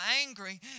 angry